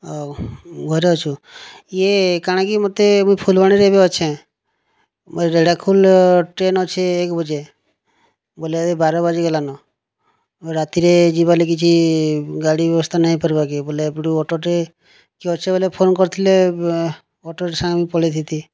ଆଉ ଘରେ ଅଛୁ ଇଏ କାଣା କି ମୋତେ ମୁଁଇ ଫୁଲବାଣୀରେ ଏବେ ଅଛେ ମୋ ରେଢ଼ାଖୋଲ ଟ୍ରେନ୍ ଅଛି ଏକ୍ ବଜେ ବୋଲେ ବାର ବାଜିଗଲାନ ରାତିରେ ଯିବା ଲାଗିକି କିଛି ଗାଡ଼ି ବ୍ୟବସ୍ଥା ନାଇଁ କର୍ବାକେ ବୋଲେ ଏପଟୁ ଅଟୋଟେ କିଏ ଅଛ ବୋଇଲେ ଫୋନ୍ କରିଥିଲେ ଅଟୋର୍ ସାଙ୍ଗ୍ ପଳେଇଥିତି